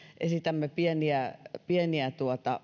esitämme pieniä pieniä